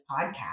podcast